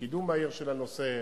לקידום מהיר של הנושא.